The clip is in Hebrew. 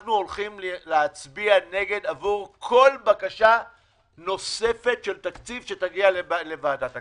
אנחנו הולכים להצביע נגד כל בקשה נוספת של תקציב שתגיע לוועדת הכספים.